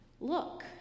Look